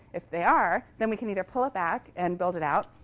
if they are, then we can either pull it back and build it out,